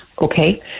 okay